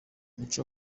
mico